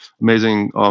amazing